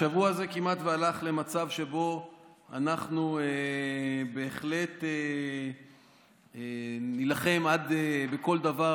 השבוע זה כמעט הלך למצב שבו אנחנו בהחלט נילחם בכל דבר,